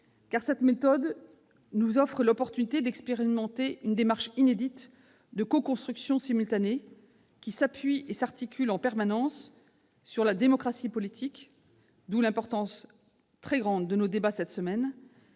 cette méthode nous offre l'opportunité d'expérimenter une démarche inédite de coconstruction simultanée, qui articule en permanence démocratie politique, d'où l'importance de nos débats cette semaine,